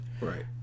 Right